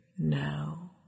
now